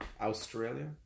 Australia